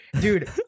Dude